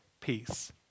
peace